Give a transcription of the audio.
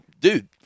dude